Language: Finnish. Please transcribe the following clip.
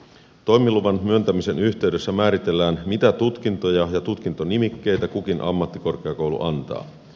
toimiluvan myöntämisen yhteydessä määritellään mitä tutkintoja ja tutkintonimikkeitä kukin ammattikorkeakoulu antaa